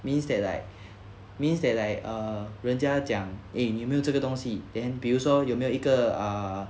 means that like means that like err 人家讲 eh 你有没有这个东西 then 比如说有没有一个 err